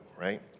right